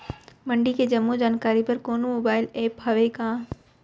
मंडी के जम्मो जानकारी बर कोनो मोबाइल ऐप्प हवय का?